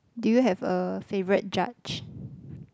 do you have a favourite judge